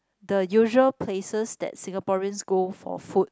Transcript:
the usual places that Singaporeans go for food